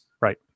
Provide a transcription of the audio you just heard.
Right